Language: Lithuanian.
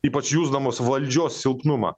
ypač jusdamos valdžios silpnumą